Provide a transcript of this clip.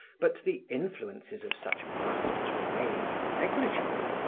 but the influences of such masters remained negligible.